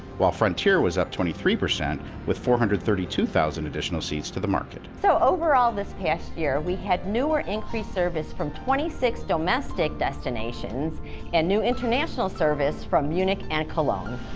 while frontier was up twenty three percent with four hundred and thirty two thousand additional seats to the market. so, overall this past year we had newer increased service from twenty six domestic destinations and new international service from munich and cologne.